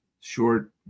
short